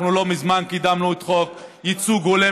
אנחנו לא מזמן קידמנו את חוק ייצוג הולם